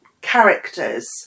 characters